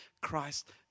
Christ